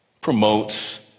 promotes